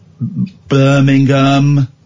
Birmingham